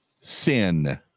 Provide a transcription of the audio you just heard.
Sin